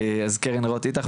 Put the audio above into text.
אז קרן רוט איטח,